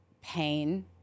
pain